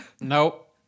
Nope